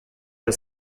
der